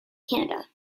canada